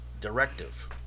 directive